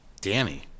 Danny